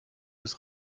ist